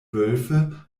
wölfe